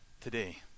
today